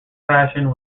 passion